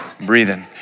breathing